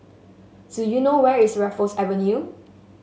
do you know where is Raffles Avenue